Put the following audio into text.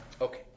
Okay